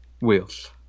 Wheels